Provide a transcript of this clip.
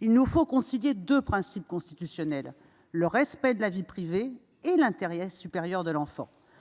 Il nous faut concilier deux principes constitutionnels : le respect de la vie privée et l’intérêt supérieur de l’enfant.